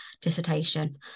dissertation